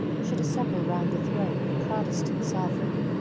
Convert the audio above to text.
should assemble round the throne of a protestant sovereign,